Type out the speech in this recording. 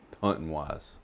hunting-wise